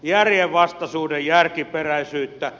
järjenvastaisuuden järkiperäisyyttä